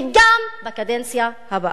וגם בקדנציה הבאה.